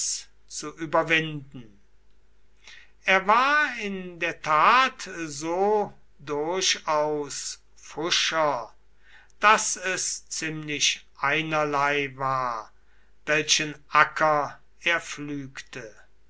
zu überwinden er war in der tat so durchaus pfuscher daß es ziemlich einerlei war welchen acker er pflügte